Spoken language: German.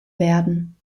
werden